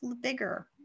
bigger